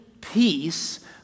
peace